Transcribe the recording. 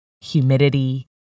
humidity